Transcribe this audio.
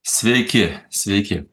sveiki sveiki